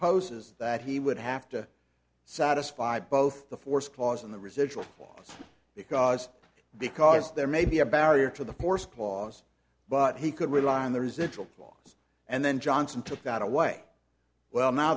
supposes that he would have to satisfy both the force clause in the residual or because because there may be a barrier to the force clause but he could rely on the residual clause and then johnson took that away well now